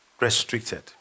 restricted